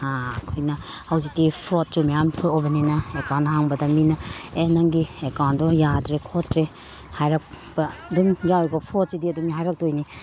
ꯑꯩꯈꯣꯏꯅ ꯍꯧꯖꯤꯛꯇꯤ ꯐ꯭ꯔꯣꯠꯁꯨ ꯃꯌꯥꯝ ꯊꯣꯛꯂꯕꯅꯤꯅ ꯑꯦꯀꯥꯎꯟ ꯍꯥꯡꯕꯗ ꯃꯤꯅ ꯑꯦ ꯅꯪꯒꯤ ꯌꯥꯗ꯭ꯔꯦ ꯈꯣꯇ꯭ꯔꯦ ꯍꯥꯏꯔꯛꯄ ꯑꯗꯨꯝ ꯌꯥꯎꯌꯦꯀꯣ ꯐ꯭ꯔꯣꯠꯁꯤꯗꯤ ꯑꯗꯨꯝ ꯍꯥꯏꯔꯛꯇꯣꯏꯅꯤ